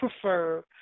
prefer